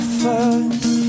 first